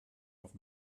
auf